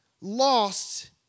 lost